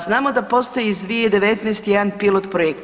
Znamo da postoji iz 2019.-te jedan pilot projekt.